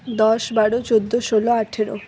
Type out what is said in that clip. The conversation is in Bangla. দশ বারো চোদ্দ ষোলো আঠেরো